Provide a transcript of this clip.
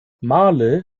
malé